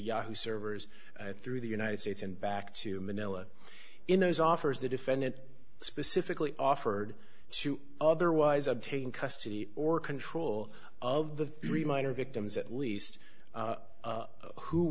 yahoo servers through the united states and back to manila in those offers the defendant specifically offered to otherwise obtain custody or control of the three minor victims at least